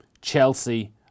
Chelsea